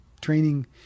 training